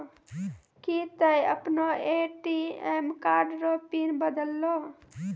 की तोय आपनो ATM card रो पिन बदलहो